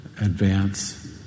advance